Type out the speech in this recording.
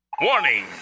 Warning